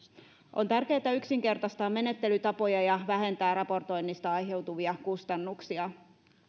on tärkeätä yksinkertaistaa menettelytapoja ja vähentää raportoinnista aiheutuvia kustannuksia